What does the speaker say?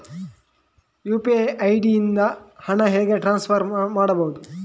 UPI ID ಇಂದ ಹಣ ಹೇಗೆ ಟ್ರಾನ್ಸ್ಫರ್ ಮಾಡುದು?